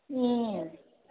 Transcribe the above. ꯎꯝ